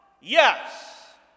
Yes